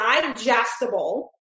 digestible